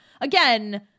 again